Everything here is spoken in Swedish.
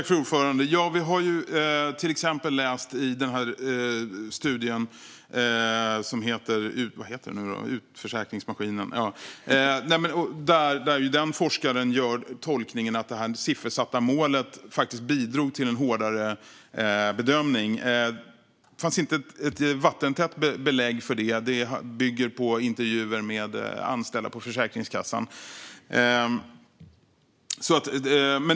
Fru talman! Vi har till exempel läst i den här studien - vad heter den, Utförsäkringsmaskinen ?- där forskaren gör tolkningen att det siffersatta målet faktiskt bidrog till en hårdare bedömning. Det fanns inte något vattentätt belägg för det; det bygger på intervjuer med anställda på Försäkringskassan.